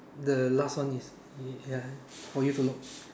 the last one is ya for you to look